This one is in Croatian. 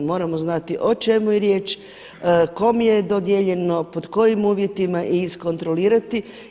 Moramo znati o čemu je riječ, kome je dodijeljeno, pod kojim uvjetima i iskontrolirati.